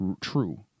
true